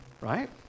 right